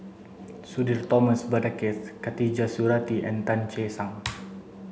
Sudhir Thomas Vadaketh Khatijah Surattee and Tan Che Sang